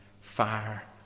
fire